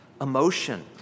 emotion